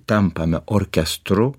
tampame orkestru